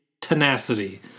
tenacity